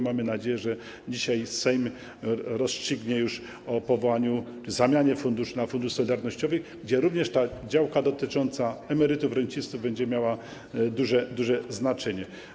Mamy nadzieję, że dzisiaj Sejm rozstrzygnie już o powołaniu, zamianie na Fundusz Solidarnościowy, gdzie również ta działka dotycząca emerytów, rencistów będzie miała duże znaczenie.